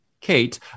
Kate